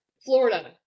Florida